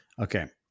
Okay